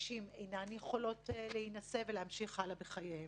הנשים אינן יכולות להינשא ולהמשיך הלאה בחייהן.